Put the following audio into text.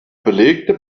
belegte